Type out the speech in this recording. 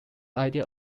idea